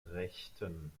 rechten